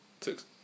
Six